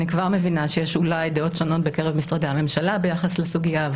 אני כבר מבינה שיש אולי דעות שונות בקרב משרדי הממשלה ביחס לסוגיה.